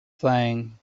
thing